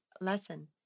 lesson